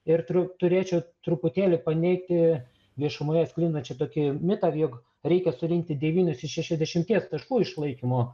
ir turiu turėčiau truputėlį paneigti viešumoje sklindančią tokį mitą jog reikia surinkti devynis iš šešiasdešimties taškų išlaikymo